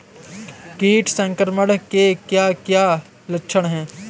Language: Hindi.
कीट संक्रमण के क्या क्या लक्षण हैं?